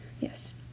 Yes